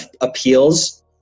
appeals